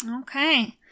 Okay